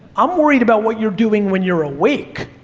i'm worried about what you're doing when you're awake.